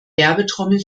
werbetrommel